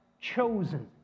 chosen